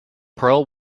pearl